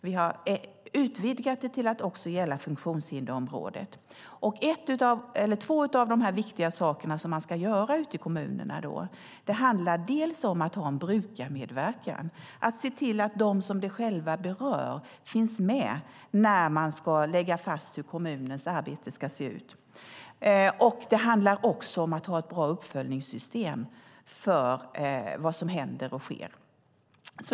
Vi har utvidgat det till att också gälla funktionshindersområdet. Två av de viktiga saker som kommunerna ska göra handlar dels om att ha en brukarmedverkan, att de som själva berörs finns med när man lägger fast hur kommunens arbete ska se ut, dels om att ha ett bra uppföljningssystem för vad som händer och sker.